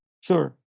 Sure